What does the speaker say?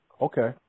Okay